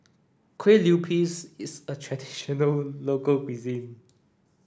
Kueh Lupis is a traditional local cuisine